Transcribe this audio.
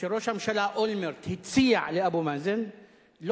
שראש הממשלה אולמרט הציע לאבו מאזן לא